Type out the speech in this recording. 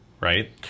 right